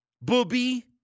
Booby